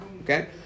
okay